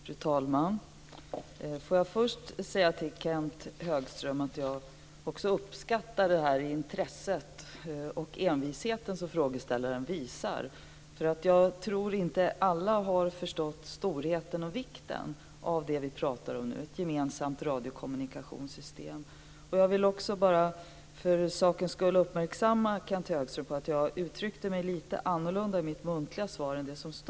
Fru talman! Jag vill först säga att jag uppskattar det intresse och den envishet som interpellanten visar. Jag tror nämligen inte att alla har förstått storheten och vikten av det som vi nu talar om - ett gemensamt radiokommunikationssystem. Jag vill också bara för sakens skull uppmärksamma Kenth Högström på att jag uttryckte mig lite annorlunda i mitt muntliga svar än i det skriftliga.